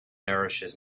nourishes